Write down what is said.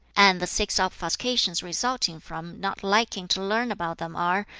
and the six obfuscations resulting from not liking to learn about them are,